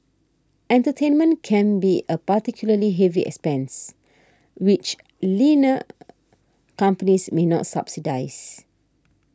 entertainment can be a particularly heavy expense which leaner companies may not subsidise